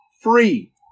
free